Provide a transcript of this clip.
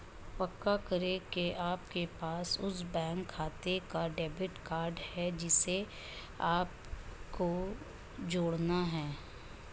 पक्का करें की आपके पास उस बैंक खाते का डेबिट कार्ड है जिसे आपको जोड़ना है